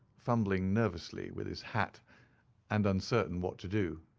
fumbling nervously with his hat and uncertain what to do.